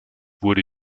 wurde